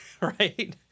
Right